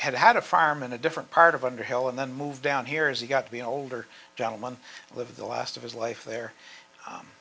had had a farm in a different part of underhill and then moved down here as he got to be an older gentleman live the last of his life there